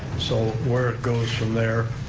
so where it goes from there,